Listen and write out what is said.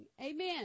amen